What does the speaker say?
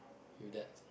with that